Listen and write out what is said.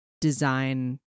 design